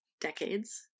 decades